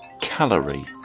calorie